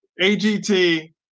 AGT